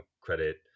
credit